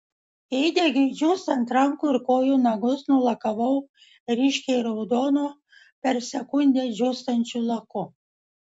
įdegiui džiūstant rankų ir kojų nagus nulakavau ryškiai raudonu per sekundę džiūstančių laku